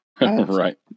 Right